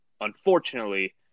unfortunately